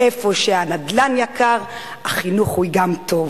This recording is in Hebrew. איפה שהנדל"ן יקר, החינוך הוא גם טוב.